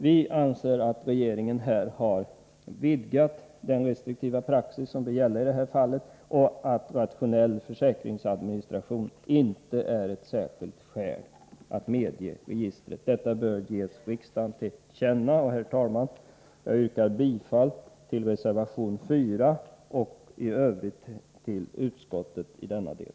Vi anser att regeringen har vidgat den restriktiva praxis som gäller i detta fall och att rationell försäkringsadministration inte är ett särskilt skäl för att medge uprättandet av registret. Detta bör ges riksdagen till känna. Herr talman! Jag yrkar bifall till reservation 4 och i övrigt till utskottets förslag i denna del.